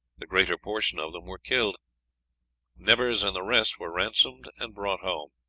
the greater portion of them were killed nevers and the rest were ransomed and brought home.